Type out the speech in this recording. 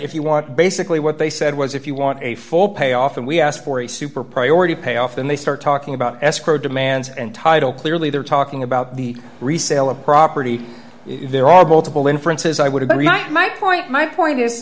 if you want basically what they said was if you want a full payoff and we ask for a super priority payoff and they start talking about escrow demands and title clearly they're talking about the resale of property there are multiple inferences i would agree not my point my point is